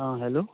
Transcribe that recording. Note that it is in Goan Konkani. आं हॅलो